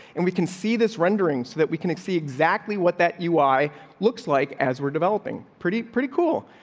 and we can see this rendering so that we can see exactly what that you i looks like as we're developing pretty pretty cool.